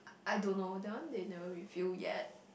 I don't know that one they never review yet